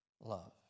love